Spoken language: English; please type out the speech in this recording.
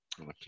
Okay